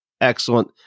Excellent